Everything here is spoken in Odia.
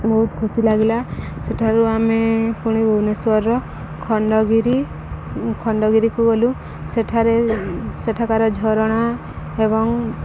ବହୁତ ଖୁସି ଲାଗିଲା ସେଠାରୁ ଆମେ ପୁଣି ଭୁବନେଶ୍ୱରର ଖଣ୍ଡଗିରି ଖଣ୍ଡଗିରିକୁ ଗଲୁ ସେଠାରେ ସେଠାକାର ଝରଣା ଏବଂ